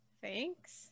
Thanks